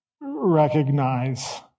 recognize